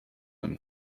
him